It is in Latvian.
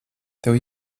tev